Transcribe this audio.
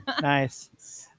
nice